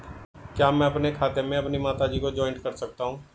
क्या मैं अपने खाते में अपनी माता जी को जॉइंट कर सकता हूँ?